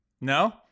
No